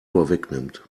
vorwegnimmt